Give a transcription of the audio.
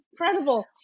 incredible